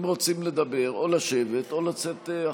אם רוצים לדבר, או לשבת או לצאת החוצה.